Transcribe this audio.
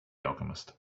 alchemist